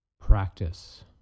practice